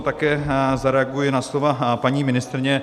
Také zareaguji na slova paní ministryně.